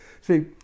See